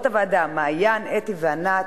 הוועדה: מעיין, אתי וענת,